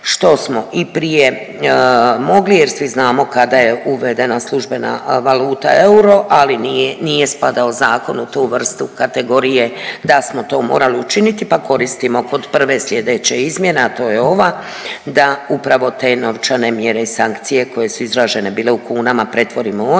što smo i prije mogli jer svi znamo kada je uvedena službena valuta euro, ali nije, nije spadao zakon u tu vrstu kategorije da smo to morali učiniti, pa koristimo kod prve slijedeće izmjene, a to je ova, da upravo te novčane mjere i sankcije koje su izražene bile u kunama pretvorimo u eure.